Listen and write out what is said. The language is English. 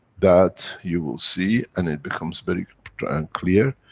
that, you will see and it becomes very tra. and clear,